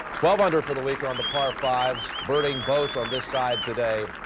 twelve under for the week on the par fives birdying both on the side today.